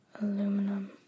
Aluminum